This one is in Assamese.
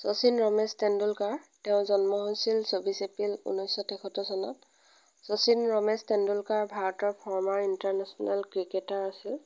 শচীন ৰমেশ টেণ্ডুলকাৰ তেওঁৰ জন্ম হৈছিল চৌবিশ এপ্ৰিল ঊনৈছশ তেসত্তৰ চনত শচীন ৰমেশ টেণ্ডুলকাৰ ভাৰতৰ ফৰ্মাৰ ইন্টাৰনেচনেল ক্ৰিকেটাৰ আছিল